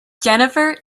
jennifer